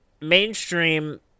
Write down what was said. mainstream